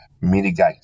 mitigate